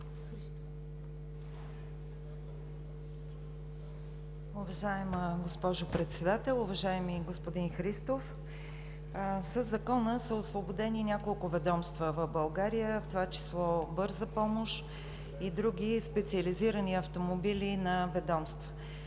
Уважаема госпожо Председател, уважаеми господин Христов! Със Закона са освободени няколко ведомства в България, в това число „Бърза помощ“ и други специализирани автомобили на ведомства.